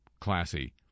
classy